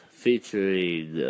featuring